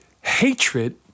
Hatred